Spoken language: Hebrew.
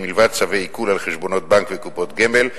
מלבד צווי עיקול על חשבונות בנק וקופות גמל,